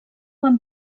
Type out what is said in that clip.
van